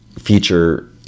feature